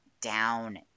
down